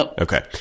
okay